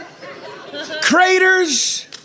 craters